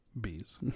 bees